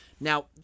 Now